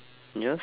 yours